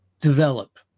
develop